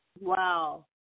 Wow